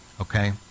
Okay